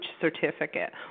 Certificate